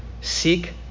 seek